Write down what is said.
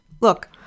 Look